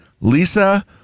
Lisa